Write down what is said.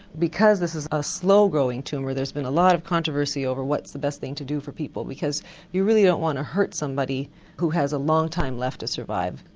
because this is a slow growing tumour there's been a lot of controversy over what's the best thing to do for people because you really don't want to hurt somebody who has a long time left to survive.